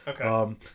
Okay